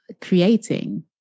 creating